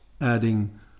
adding